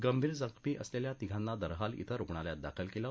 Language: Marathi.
गंभीर जखमी असलेल्या तिघांना दरहाल श्वे रुग्णालयात दाखल केलं